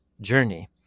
journey